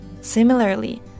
similarly